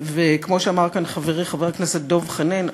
כמו שאמר כאן חברי חבר הכנסת דב חנין,